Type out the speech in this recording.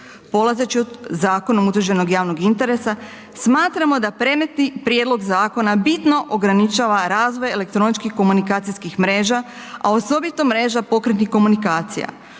Polazeći od zakonom utvrđenog javnog interesa, smatramo da predmetni prijedlog zakona bitno ograničava razvoj elektroničko-komunikacijskih mreža a osobito mreža pokretnih komunikacija.